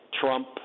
Trump